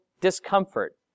discomfort